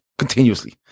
continuously